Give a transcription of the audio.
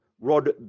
Rod